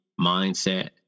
mindset